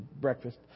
breakfast